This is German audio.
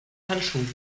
handschuhen